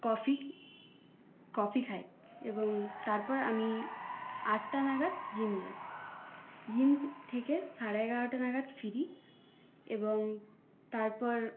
coffee coffee খাই এবং তারপর আমি আটটা নাগাদ জিম যাই জিম থেকে সাড়ে এগারোটা নাগাদ ফিরি এবং তারপর